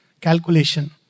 Calculation